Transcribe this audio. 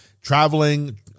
traveling